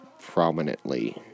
prominently